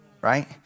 right